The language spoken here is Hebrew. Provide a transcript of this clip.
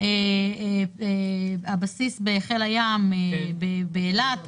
הבסיס בחיל הים באילת,